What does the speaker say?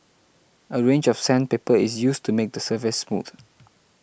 a range of sandpaper is used to make the surface smooth